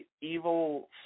evil